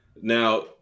now